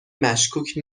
مشکوک